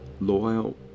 loyal